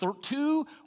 two